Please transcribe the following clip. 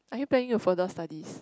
are you planning to further studies